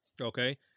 Okay